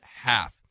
half